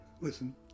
listen